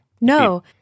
No